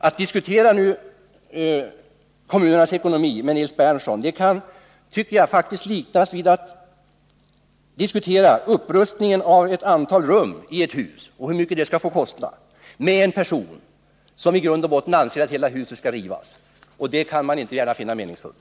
Att nu diskutera kommunernas ekonomi med Nils Berndtson tycker jag kan liknas vid att diskutera upprustningen av ett antal rum i ett hus och hur mycket det skall få kosta med en person som i grund och botten anser att hela huset skall rivas. Det kan man inte gärna finna meningsfullt.